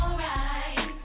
alright